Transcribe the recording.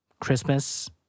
Christmas